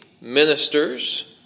ministers